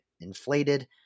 inflated